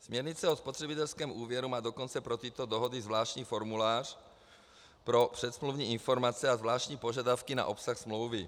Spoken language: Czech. Směrnice o spotřebitelském úvěru má dokonce pro tyto dohody zvláštní formulář pro předsmluvní informace a zvláštní požadavky na obsah smlouvy.